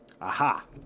Aha